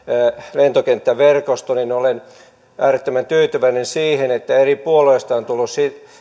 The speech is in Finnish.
lentokenttäverkosto olen äärettömän tyytyväinen siihen että eri puolueista on tullut